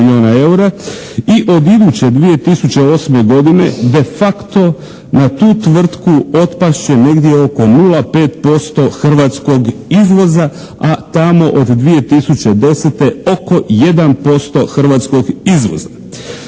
i od iduće 2008. godine de facto na tu tvrtku otpast će negdje oko 0,5% hrvatskog izvoza, a tamo od 2010. oko 1% hrvatskog izvoza.